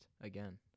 again